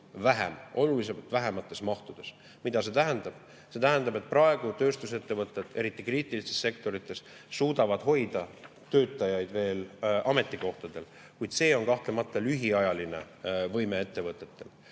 vähem, oluliselt väiksemas mahus. Mida see tähendab? See tähendab, et praegu tööstusettevõtted, eriti kriitilistes sektorites, suudavad veel hoida töötajaid ametikohtadel, kuid see on kahtlemata lühiajaline võime. Eesti